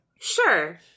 Sure